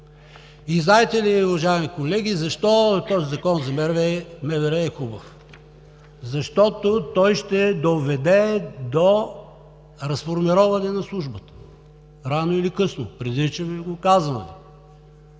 И знаете ли, уважаеми колеги, защо този Закон за МВР е хубав? Защото той ще доведе до разформироване на Службата – рано или късно, предричаме го и го казваме.